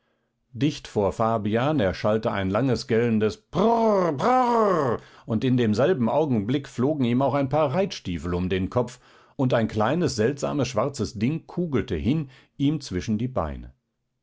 dicht vor fabian erschallte ein langes gellendes prrr prrr und in demselben augenblick flogen ihm auch ein paar reitstiefel um den kopf und ein kleines seltsames schwarzes ding kugelte hin ihm zwischen die beine